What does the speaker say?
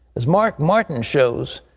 as mark martin shows,